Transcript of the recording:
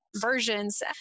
versions